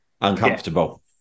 Uncomfortable